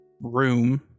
room